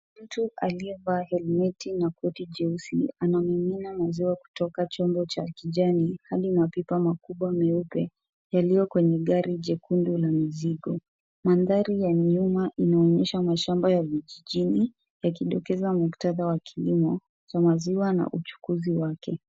Mtu aliyevaa helmeti na koti jeusi, anamimina maziwa kutoka chombo cha kijani, hali mapipa makubwa meupe yaliyo kwenye gari jekundu la mzigo. Mandhari ya nyuma inaonyesha mashamba ya vijijini yakidokeza muktadha wa kilimo za maziwa na uchukuzi wake.